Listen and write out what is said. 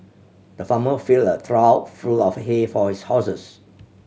the farmer filled a trough full of hay for his horses